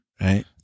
Right